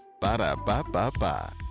Ba-da-ba-ba-ba